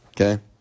Okay